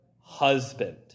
husband